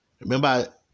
Remember